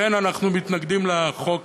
לכן אנחנו מתנגדים לחוק